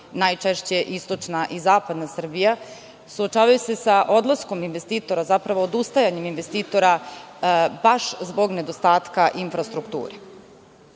najčešće istočna i zapadna Srbija suočavaju se sa odlaskom investitora, zapravo odustajanjem investitora baš zbog nedostatka infrastrukture.Za